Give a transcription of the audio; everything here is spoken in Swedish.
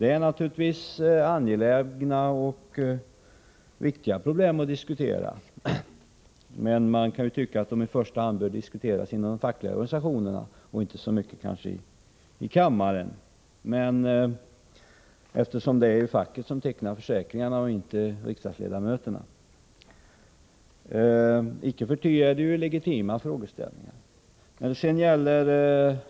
Det är naturligtvis viktiga problem som det är angeläget att diskutera, men man kan måhända tycka att de i första hand bör diskuteras inom de fackliga organisationerna och inte så mycket i kammaren, eftersom det är facket och inte riksdagsledamöterna som tecknar försäkringarna. Icke förty är det legitima frågeställningar.